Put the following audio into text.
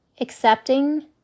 accepting